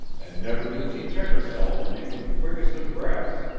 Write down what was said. and never did she check herself for even the quickest of breaths,